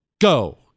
go